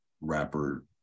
rapper